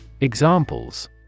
Examples